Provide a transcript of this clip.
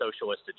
socialist